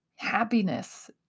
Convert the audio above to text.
happiness